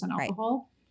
alcohol